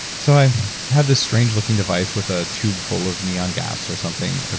so i have this strange looking device with a tube full of neon gas or something,